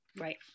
right